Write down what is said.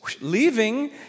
leaving